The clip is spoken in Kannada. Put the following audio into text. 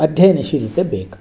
ಅಧ್ಯಯನಶೀಲತೆ ಬೇಕು